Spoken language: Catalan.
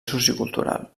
sociocultural